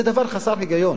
זה דבר חסר היגיון.